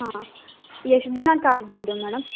ಹಾಂ ಎಷ್ಟು ದಿನಕ್ಕೆ ಆಗ್ಬೌದು ಮೇಡಮ್